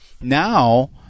Now